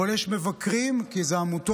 אבל יש מבקרים, כי זה עמותות,